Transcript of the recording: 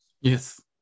Yes